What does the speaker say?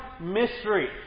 mystery